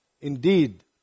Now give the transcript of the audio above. Indeed